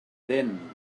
dent